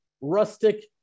rustic